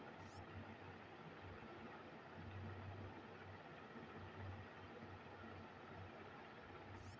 मौद्रिक सुधार में अर्थव्यवस्था में मुद्रा के पूर्ति, चलन आऽ संचालन के नियन्त्रण करइ छइ